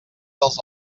dels